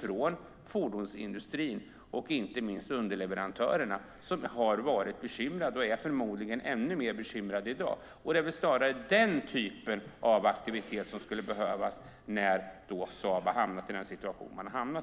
från fordonsindustrin och inte minst underleverantörerna, som har varit bekymrade och förmodligen är ännu mer bekymrade i dag. Det är väl snarare den typen av aktivitet som skulle behövas när Saab har hamnat i den situation som man har hamnat i.